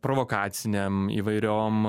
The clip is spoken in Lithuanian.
provokacinėm įvairiom